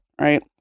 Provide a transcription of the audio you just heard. right